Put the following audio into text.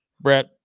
Brett